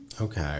Okay